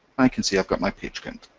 i can see i've got my page count.